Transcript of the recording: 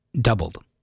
doubled